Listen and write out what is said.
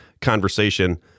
conversation